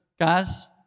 guys